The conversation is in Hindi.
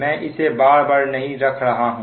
मैं इसे बार बार नहीं रख रहा हूं